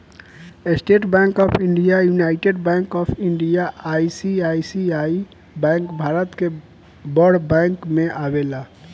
estate Bank of India, United Bank of India, ICICI bank Bharat के बड़ बैंक में आवेला